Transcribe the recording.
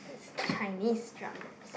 is Chinese drum